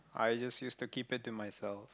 I just used to keep it to myself